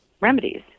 remedies